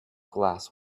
glass